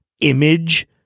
image